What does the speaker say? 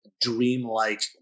dreamlike